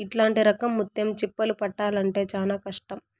ఇట్లాంటి రకం ముత్యం చిప్పలు పట్టాల్లంటే చానా కష్టం